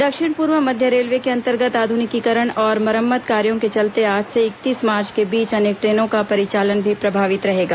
दक्षिण पूर्व मध्य रेलवे के अंतर्गत आध्रनिकीकरण और मरम्मत कार्यों के चलते आज से इकतीस मार्च के बीच अनेक ट्रेनों का परिचालन प्रभावित रहेगा